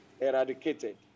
eradicated